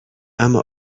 اما